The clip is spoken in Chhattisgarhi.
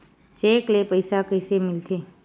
चेक ले पईसा कइसे मिलथे?